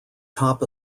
top